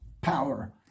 power